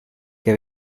que